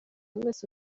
mwese